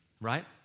Right